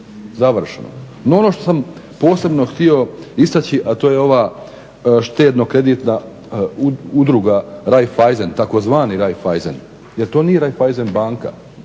završeno. No ono što sam posebno htio istaći, a to je ova Štedno-kreditna udruga Raiffeisen, tzv. Raiffeisen jer to nije Raiffeisen banka.